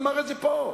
אמר את זה פה,